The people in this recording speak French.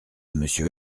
monsieur